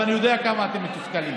ואני יודע כמה אתם מתוסכלים.